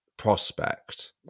prospect